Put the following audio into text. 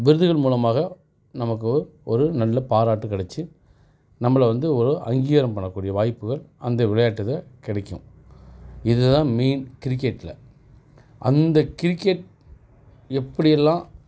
விருதுகள் மூலமாக நமக்கு ஒரு நல்ல பாராட்டு கெடைச்சு நம்மளை வந்து ஒரு அங்கீகாரம் பண்ணக்கூடிய வாய்ப்புகள் அந்த விளையாட்டில் கிடைக்கும் இதுதான் மெயின் கிரிக்கெட்டில் அந்த கிரிக்கெட் எப்படியெல்லாம்